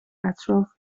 اطراف